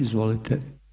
Izvolite.